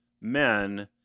men